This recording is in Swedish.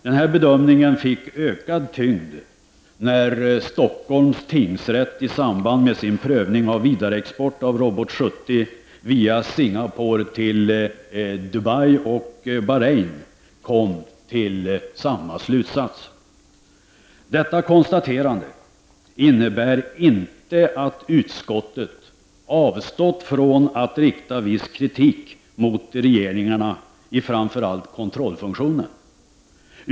Denna bedömning fick ökad tyngd när Stockholms tingsrätt i samband med sin prövning av vidareexport av Robot 70 via Singapore till Dubai och Bahrein kom till samma slutsats. Detta konstaterande innebär inte att utskottet avstått från att rikta viss kritik mot regeringarna när det gäller framför allt kontrollfunktionen.